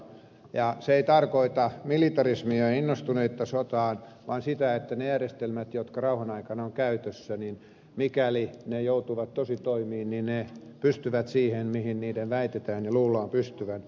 ja se ei tarkoita militarismia ja innostuneisuutta sodasta vaan sitä että mikäli ne järjestelmät jotka rauhan aikana ovat käytössä joutuvat tositoimiin ne pystyvät siihen mihin niiden väitetään ja luullaan pystyvän